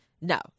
No